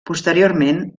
posteriorment